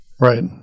Right